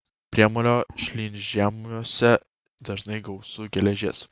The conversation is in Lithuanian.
priemolio šlynžemiuose dažnai gausu geležies